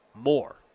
more